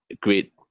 great